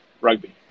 rugby